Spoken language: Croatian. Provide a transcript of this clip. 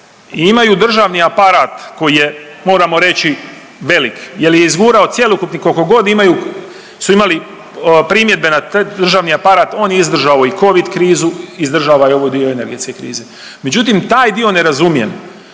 imaju državni aparat koji je, moramo reći, velik jer je izgurao cjelokupni, koliko god imaju, su imali primjedbe na taj državni aparat, on je izdržao i Covid krizu, izdržava i ovu dio energetske krize. Međutim, taj dio ne razumijem,